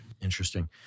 Interesting